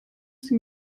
sie